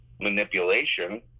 manipulation